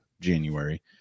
january